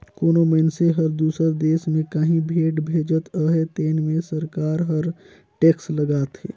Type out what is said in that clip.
कोनो मइनसे हर दूसर देस में काहीं भेंट भेजत अहे तेन में सरकार हर टेक्स लगाथे